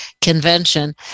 convention